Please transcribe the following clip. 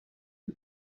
the